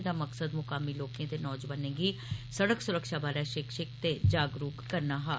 एहदा मकसद म्कामी लोकें ते नौजवानें गी सड़क स्रक्षा बारै शिक्षित ते जागरुक करना हा